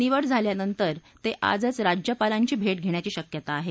निवड झाल्यानंतर ते आजच राज्यपालांची भेट घेण्याची शक्यता आहे